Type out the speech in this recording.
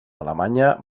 alemanya